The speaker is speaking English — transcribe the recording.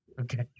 Okay